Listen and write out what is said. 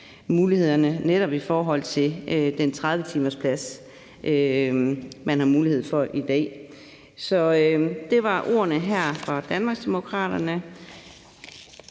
mulighederne i forhold til den 30-timersplads, de har mulighed for i dag. Så det var ordene her fra Danmarksdemokraterne,